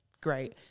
Great